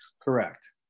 Correct